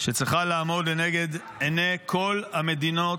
שצריכה לעמוד לנגד עיני כל המדינות,